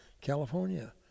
California